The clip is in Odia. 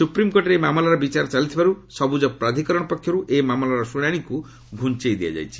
ସୁପ୍ରିମ୍କୋର୍ଟରେ ଏହି ମାମଲାର ବିଚାର ଚାଲିଥିବାରୁ ସବୁଜ ପ୍ରାଧିକରଣ ପକ୍ଷରୁ ଏହି ମାମଲାର ଶୁଣାଣିକୁ ଘୁଆଇ ଦିଆଯାଇଛି